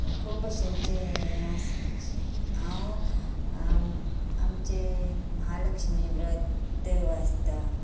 खूब भाशेंचे हें आसा अशें हांव आमचे महालक्ष्मी व्रत वाचतां